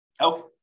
Okay